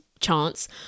chance